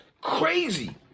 crazy